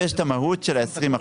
ויש את המהות של ה-20%.